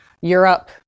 Europe